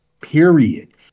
period